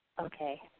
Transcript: Okay